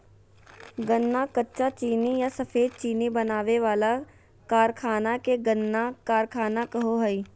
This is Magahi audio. गन्ना कच्चा चीनी या सफेद चीनी बनावे वाला कारखाना के गन्ना कारखाना कहो हइ